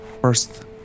First